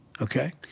okay